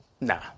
Nah